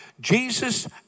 Jesus